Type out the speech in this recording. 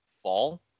fall